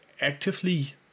actively